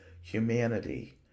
humanity